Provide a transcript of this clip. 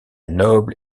noble